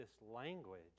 language